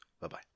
Bye-bye